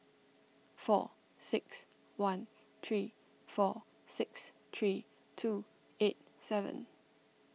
four six one three four six three two eight seven